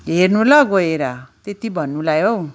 हेर्नु ल गोएर त्यति भन्नुलाई हौ